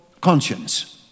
Conscience